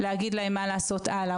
להגיד להם מה לעשות הלאה.